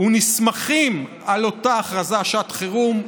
ונסמכים על אותה הכרזה על שעת חירום.